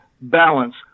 balance